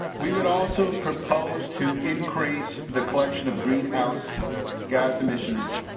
we would also propose to increase the collection of greenhouse gas emissions.